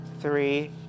three